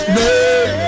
name